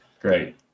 Great